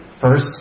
first